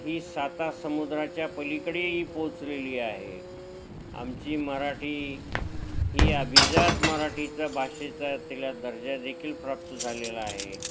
ही सातासमुद्राच्या पलीकडेही पोचलेली आहे आमची मराठी ही अभिजात मराठीचा भाषेचा तिला दर्जादेखील प्राप्त झालेला आहे